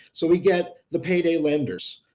so we get the payday lenders,